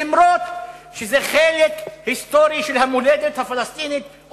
אף-על-פי שזה חלק היסטורי של המולדת הפלסטינית,